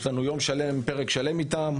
יש לנו יום שלם, פרק שלם איתם,